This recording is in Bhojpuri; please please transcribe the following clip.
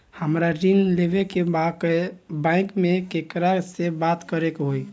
हमरा ऋण लेवे के बा बैंक में केकरा से बात करे के होई?